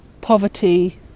poverty